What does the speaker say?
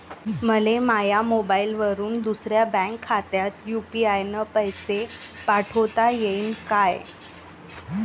मले माह्या मोबाईलवरून दुसऱ्या बँक खात्यात यू.पी.आय न पैसे पाठोता येईन काय?